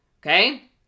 Okay